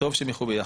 וטוב שהם ילכו ביחד,